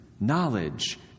knowledge